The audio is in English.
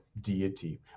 deity